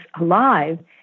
alive